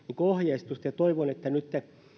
ohjeistusta ja toivon että nyt